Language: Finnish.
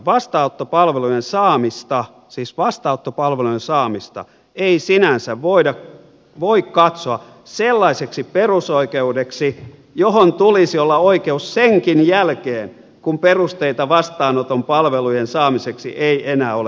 vastaanottopalvelujen saamista siis vastaanottopalvelujen saamista ei sinänsä voi katsoa sellaiseksi perusoikeudeksi johon tulisi olla oikeus senkin jälkeen kun perusteita vastaanoton palvelujen saamiseksi ei enää ole olemassa